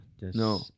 No